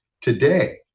today